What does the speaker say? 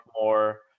more